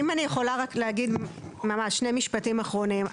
אם אני יכולה רק להגיד ממש שני משפטים אחרונים.